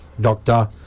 doctor